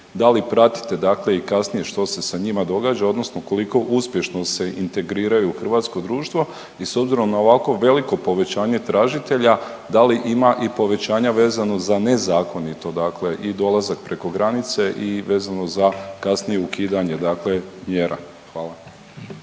da li pratite dakle i kasnije što se sa njima događa odnosno koliko uspješno se integriraju u hrvatsko društvo i s obzirom na ovako veliko povećanje tražitelja da li ima i povećanja vezano za nezakonito dakle i dolazak preko granice i vezano za kasnije ukidanje dakle mjera? Hvala.